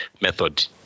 method